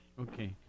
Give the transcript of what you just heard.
Okay